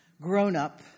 grown-up